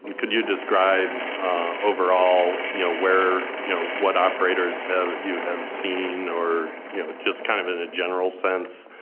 and could you describe overall you know where, you know what operators you have seen, or you know just kind of in a general sense,